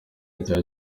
cya